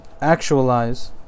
actualize